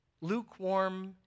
lukewarm